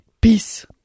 Peace